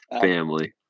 family